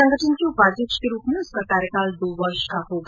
संगठन के उपाध्यक्ष के रूप में उसका कार्यकाल दो वर्ष का होगा